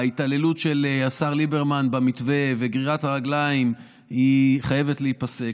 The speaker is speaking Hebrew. ההתעללות של השר ליברמן במתווה וגרירת הרגליים חייבות להיפסק.